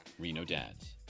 Renodads